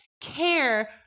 care